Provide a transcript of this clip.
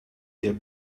der